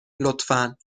لطفا